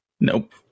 Nope